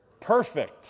perfect